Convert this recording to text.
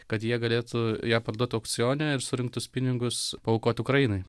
kad jie galėtų ją parduot aukcione surinktus pinigus paaukoti ukrainai